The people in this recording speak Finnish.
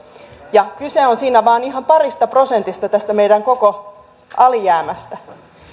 ja kyse on siinä vain ihan parista prosentista tästä meidän koko alijäämästämme